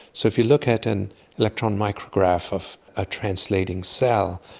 so if you look at an electron micrograph of a translating cell,